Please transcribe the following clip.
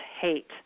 Hate